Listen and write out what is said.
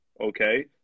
okay